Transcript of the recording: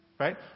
Right